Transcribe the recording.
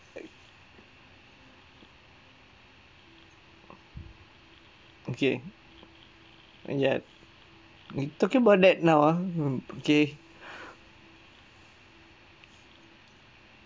okay and ya you talking about that now ah mm okay